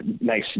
nice